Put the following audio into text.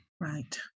Right